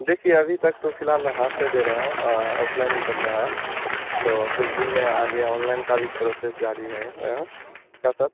देखिए अभी तक तो फ़िलहाल हाथ से दे रहे हैं ऑफ़लाइन ही चल रहा है तो कुछ दिन में आ गया ऑनलाइन का भी प्रोसेस जारी है क्या सर